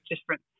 different